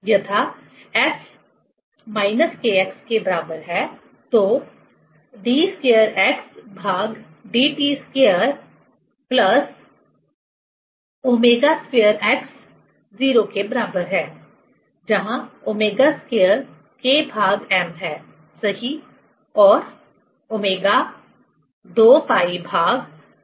यथा F Kx तो d2xdt2 ω2x 0 जहां ω2 Km सही और ω 2πT